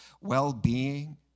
well-being